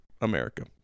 America